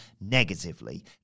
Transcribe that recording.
negatively